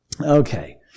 Okay